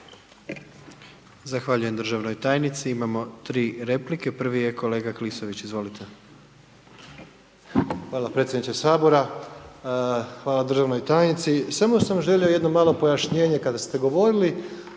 Zahvaljujem državnoj tajnici, imamo 3 replike, prvi je kolega Klisović, izvolite. **Klisović, Joško (SDP)** Hvala predsjedniče Sabora, hvala državnoj tajnici. Samo sam želio jedno malo pojašnjenje kada ste govorili